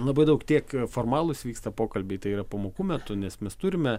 labai daug tiek formalūs vyksta pokalbiai tai yra pamokų metu nes mes turime